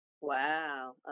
Wow